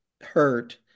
hurt